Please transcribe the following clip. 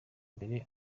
mbere